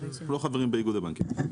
אנחנו לא חברים באיגוד הבנקים.